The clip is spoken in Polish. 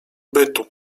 bytu